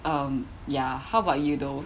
um ya how about you though